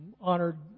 honored